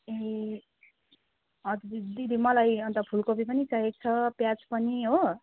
ए हजुर दिदी मलाई अन्त फुलकोपी पनि चाहिएको छ प्याज पनि हो